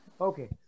Okay